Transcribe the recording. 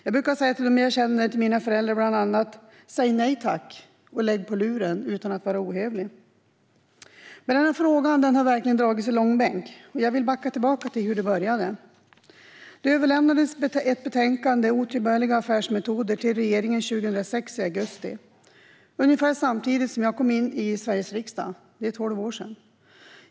Jag brukar säga till dem jag känner, mina föräldrar bland annat: Säg nej tack och lägg på luren, utan att vara ohövlig! Den här frågan har verkligen dragits i långbänk. Jag vill backa tillbaka till hur det började. Det överlämnades ett betänkande, Otillbörliga affärsmetoder , till regeringen i augusti 2006. Det var ungefär samtidigt som jag kom in i Sveriges riksdag, för tolv år sedan.